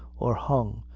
or hung,